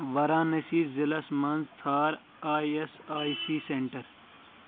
وارانٔسی ضلعس مَنٛز ژھانڈ I S I C centre